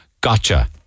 gotcha